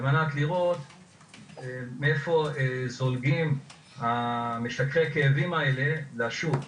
על מנת לראות מאיפה זולגים משככי הכאבים האלה לשוק.